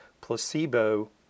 placebo